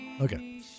Okay